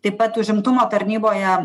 taip pat užimtumo tarnyboje